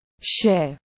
Share